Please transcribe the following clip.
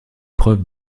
preuve